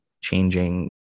changing